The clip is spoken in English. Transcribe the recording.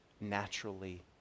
naturally